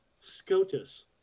SCOTUS